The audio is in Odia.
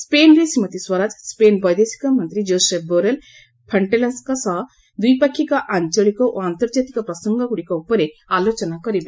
ସ୍କେନ୍ରେ ଶ୍ରୀମତୀ ସ୍ୱରାଜ ସ୍କେନ୍ ବୈଦେଶିକ ମନ୍ତ୍ରୀ ଜୋଶେଫ ବୋରେଲ ଫଣ୍ଟେଲ୍ସଙ୍କ ସହ ଦ୍ୱିପାକ୍ଷିକ ଆଞ୍ଚଳିକ ଓ ଆନ୍ତର୍ଜାତିକ ପ୍ରସଙ୍ଗଗୁଡ଼ି ଉପରେ ଆଲୋଚନା କରିବେ